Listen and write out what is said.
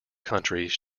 countries